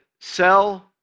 sell